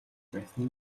байсан